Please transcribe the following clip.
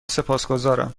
سپاسگزارم